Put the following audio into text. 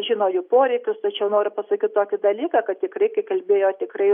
žino jų poreikius tačiau noriu pasakyt tokį dalyką kad tikrai kai kalbėjo tikrai